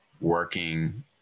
working